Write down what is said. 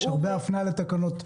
יש הפניה להרבה תקנות.